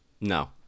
No